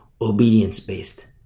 obedience-based